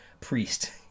priest